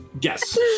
Yes